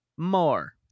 More